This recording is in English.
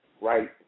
right